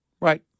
right